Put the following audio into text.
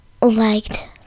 liked